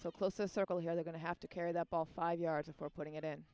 so close circle here they're going to have to carry the ball five yards before putting it in